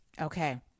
Okay